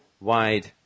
wide